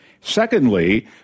Secondly